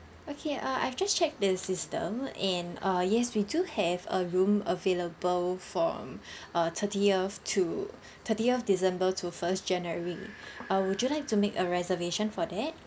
okay uh I've just check the system and uh yes we do have a room available from uh thirtieth to thirtieth december to first january err would you like to make a reservation for that